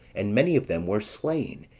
and many of them were slain,